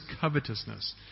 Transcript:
covetousness